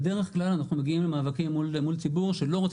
בדרך כלל אנחנו מגיעים למאבקים מול ציבור שלא רוצה